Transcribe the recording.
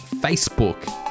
Facebook